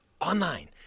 online